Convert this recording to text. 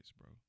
bro